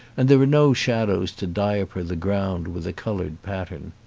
and there are no shadows to diaper the ground with a coloured pattern.